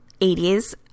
80s